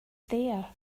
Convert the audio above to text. there